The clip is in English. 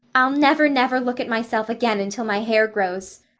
i'll never, never look at myself again until my hair grows,